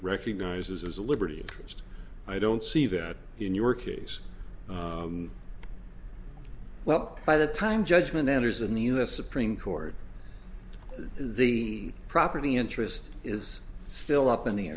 recognizes as a liberty interest i don't see that in your case well by the time judgement enters in the us supreme court the property interest is still up in the